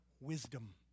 wisdom